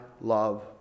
love